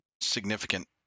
significant